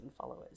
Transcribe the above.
followers